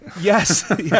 Yes